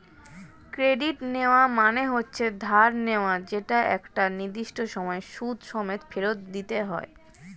credit নেওয়া মানে হচ্ছে ধার নেওয়া যেটা একটা নির্দিষ্ট সময়ে সুদ সমেত ফেরত দিতে হয়